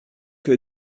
que